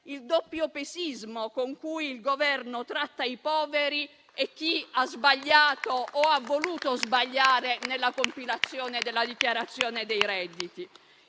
il doppiopesismo con cui il Governo tratta i poveri e chi ha sbagliato o ha voluto sbagliare nella compilazione della dichiarazione dei redditi